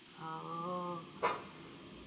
oh